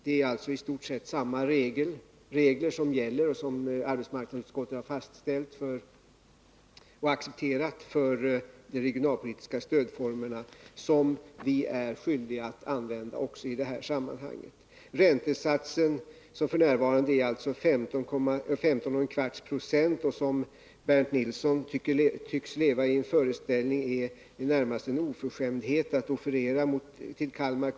Det är alltså i stort sett samma regler som gäller. Dessa regler har ju accepterats av arbetsmarknadsutskottet när det gäller de regionalpolitiska stödformerna, och vi är skyldiga att tillämpa dem också i det här sammanhanget. Beträffande räntesatsen, som f.n. är 15,25 96, vill jag säga att Bernt Nilsson tycks leva i den föreställningen att offerten till Kalmar kommun i det närmaste är att beteckna som en oförskämdhet.